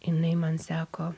jinai man sako